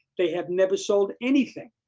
they have never sold anything.